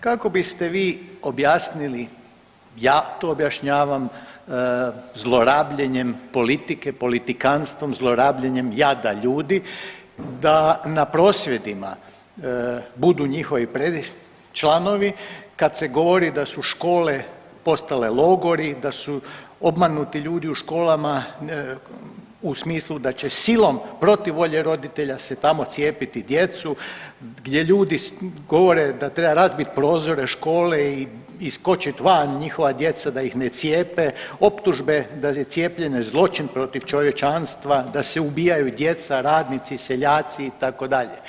Kako biste vi objasnili, ja to objašnjavam zlorabljenjem politike, politikantstvom, zlorabljenjem jada ljudi da na prosvjedima budu njihovi članovi kad se govori da su škole postali logori, da su obmanuti ljudi u školama, u smislu da će silom protiv volje roditelja se tamo cijepiti djecu, gdje ljudi govore da treba razbit prozore škole i skočit van, njihova djeca da ih ne cijepe, optužbe da je cijepljenje zločin protiv čovječanstva, da se ubijaju djeca, radnici, seljaci, itd.